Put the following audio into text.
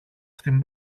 στην